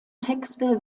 texte